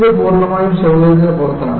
ഇത് പൂർണ്ണമായും സൌകര്യത്തിന് പുറത്താണ്